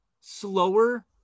slower